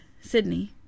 Sydney